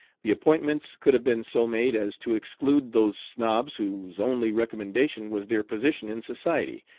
the appointments could have been so made as to exclude those snobs whose only recommendation was their position in society,